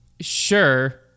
sure